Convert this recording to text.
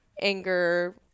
anger